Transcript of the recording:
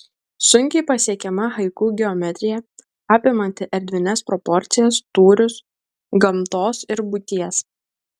sunkiai pasiekiama haiku geometrija apimanti erdvines proporcijas tūrius gamtos ir būties